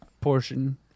portion